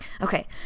Okay